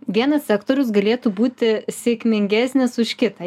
vienas sektorius galėtų būti sėkmingesnis už kitą